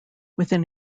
within